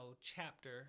chapter